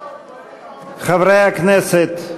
חברי הכנסת,